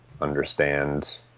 understand